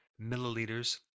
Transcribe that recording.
milliliters